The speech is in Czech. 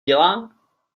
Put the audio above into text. dělá